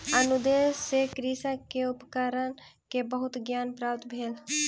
अनुदेश सॅ कृषक के उपकरण के बहुत ज्ञान प्राप्त भेल